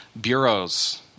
bureaus